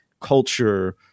culture